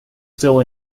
still